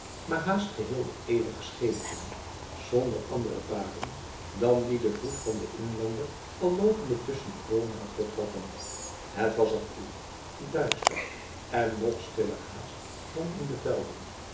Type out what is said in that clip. maar haast geheel in eeuwige schemering zonder andere paden dan die de voet van de inlander al lopende tussen t geboomte had getrokken het was er koel duister en nog stiller haast dan in de velden